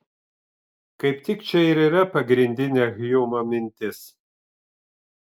kaip tik čia ir yra pagrindinė hjumo mintis